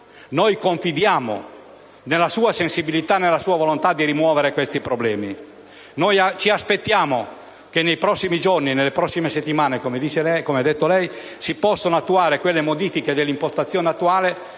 noi confidiamo nella sua sensibilità e volontà di rimuovere questi problemi. Ci aspettiamo che nei prossimi giorni e nelle prossime settimane, come ha detto lei, si possano attuare le modifiche dell'impostazione attuale